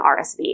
RSV